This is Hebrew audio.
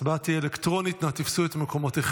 ההצבעה תהיה אלקטרונית, נא תפסו את מקומותיכם.